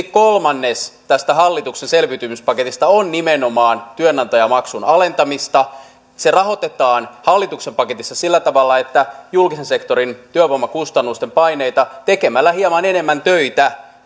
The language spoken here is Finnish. kolmannes tästä hallituksen selviytymispaketista on nimenomaan työnantajamaksujen alentamista se rahoitetaan hallituksen paketissa sillä tavalla että julkisen sektorin työvoimakustannusten paineita kevennetään tekemällä hieman enemmän töitä